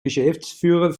geschäftsführer